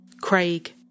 Craig